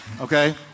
Okay